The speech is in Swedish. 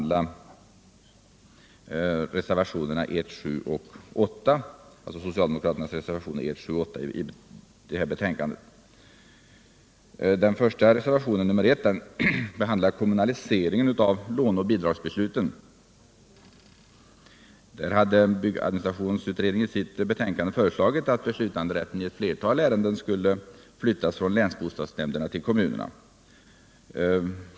Reservationen I behandlar kommunaliseringen av låne och bidragsbesluten. Där hade byggadministrationsutredningen i sitt betänkande föreslagit att beslutanderätten i ett flertal ärenden skulle flyttas från länsbostadsnämnderna till kommunerna.